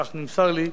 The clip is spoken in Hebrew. כך נמסר לי,